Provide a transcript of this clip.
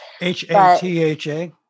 H-A-T-H-A